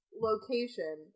location